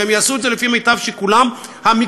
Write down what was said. והם יעשו את זה לפי מיטב שיקולם המקצועי.